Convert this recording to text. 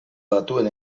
datuen